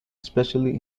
especially